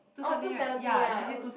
oh two seventy ya oh